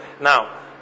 Now